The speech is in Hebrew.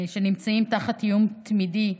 שנמצאים תחת איום תמידי,